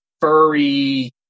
furry